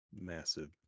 massive